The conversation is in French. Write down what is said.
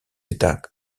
états